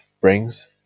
brings